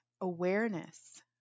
awareness